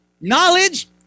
Knowledge